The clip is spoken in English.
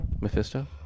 mephisto